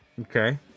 okay